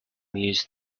used